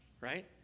right